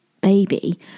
baby